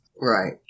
right